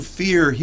fear